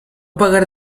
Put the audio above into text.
pagar